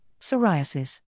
psoriasis